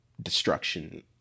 destruction